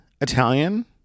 Italian